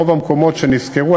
ברוב המקומות שנסקרו,